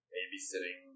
Babysitting